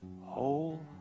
whole